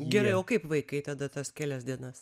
gerai o kaip vaikai tada tas kelias dienas